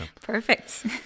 Perfect